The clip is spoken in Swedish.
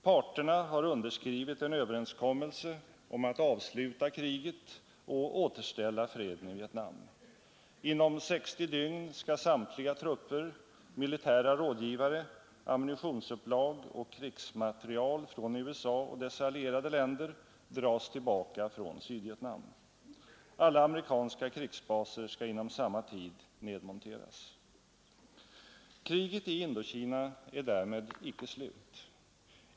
Parterna har underskrivit en överenskommelse om att avsluta kriget och återställa freden i Vietnam. Inom 60 dygn skall samtliga trupper, militära rådgivare, ammunitionsupplag och krigsmateriel från USA och dess allierade länder dras tillbaka från Sydvietnam. Alla amerikanska krigsbaser skall inom samma tid nedmonteras. Kriget i Indokina är därmed icke slut.